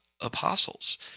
apostles